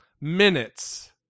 minutes